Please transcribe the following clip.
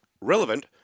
relevant